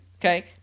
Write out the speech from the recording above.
okay